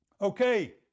Okay